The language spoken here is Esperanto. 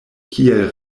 kiel